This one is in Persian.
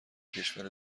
کشور